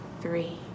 three